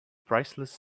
priceless